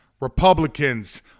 Republicans